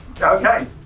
Okay